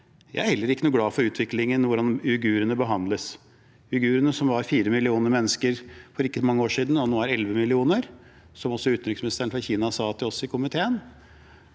Jeg er heller ikke noe glad for utviklingen og hvordan uigurene behandles – uigurene, som var 4 millioner mennesker for ikke så mange år siden, og nå er 11 millioner mennesker, som også utenriksministeren fra Kina sa til oss i komiteen.